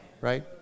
Right